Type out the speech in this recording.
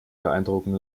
beeindrucken